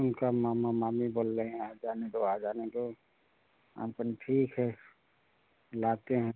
उनका मामा मामी बोल रहें आ जाने दो आ जाने दो हम कहनी ठीक है लाते हैं